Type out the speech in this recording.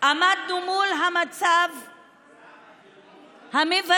עמדנו מול המצב המבזה.